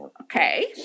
Okay